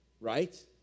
Right